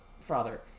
father